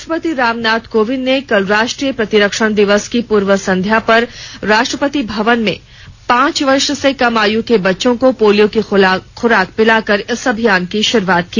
राष्ट्रपति रामनाथ कोविंद ने कल राष्ट्रीय प्रतिरक्षण दिवस की पूर्व संध्या पर राष्ट्रपति भवन में पांच वर्ष से कम आयु के बच्चों को पोलियो की खुराक पिलाकर इस अभियान की शुरूआत की